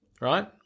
right